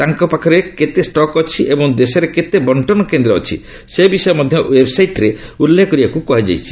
ତାଙ୍କ ପାଖରେ କେତେ ଷ୍ଟକ୍ ଅଛି ଏବଂ ଦେଶରେ କେତେ ବର୍ଷ୍ଣନ କେନ୍ଦ୍ର ଅଛି ସେ ବିଷୟ ମଧ୍ୟ ଓ୍ୱେବ୍ସାଇଟ୍ରେ ଉଲ୍ଲ୍ଖ କରିବାକୁ କୁହାଯାଇଛି